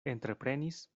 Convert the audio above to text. entreprenis